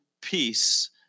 peace